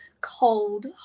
cold